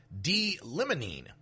D-limonene